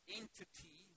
entity